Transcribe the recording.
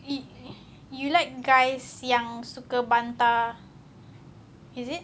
you you like guys yang suka bantah is it